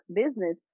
business